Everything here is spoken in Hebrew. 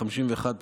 התשי"ח 1958,